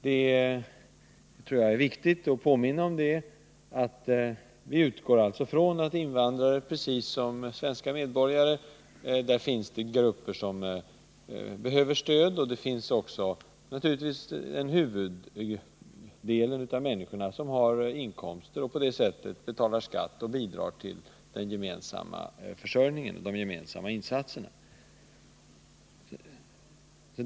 Det är viktigt att påminna om, att precis som när det gäller svenska medborgare finns det grupper av invandrare som behöver stöd, men att huvuddelen av invandrarna har inkomster som de betalar skatt på och därmed bidrar till de gemensamma insatserna.